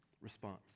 response